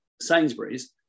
Sainsbury's